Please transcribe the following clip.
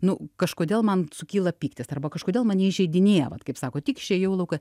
nu kažkodėl man sukyla pyktis arba kažkodėl mane įžeidinėja vat kaip sako tik išėjau į lauką